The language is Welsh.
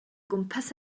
gwmpas